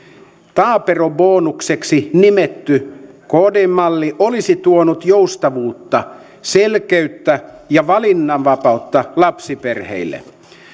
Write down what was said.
taaperobonukseksi nimetty kdn malli olisi tuonut joustavuutta selkeyttä ja valinnanvapautta lapsiperheille